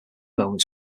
moment